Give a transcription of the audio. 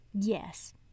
Yes